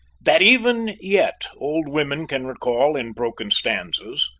that even yet old women can recall in broken stanzas,